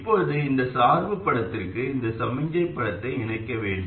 இப்போது இந்த சார்பு படத்திற்கு இந்த சமிக்ஞை படத்தை இணைக்க வேண்டும்